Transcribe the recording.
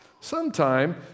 Sometime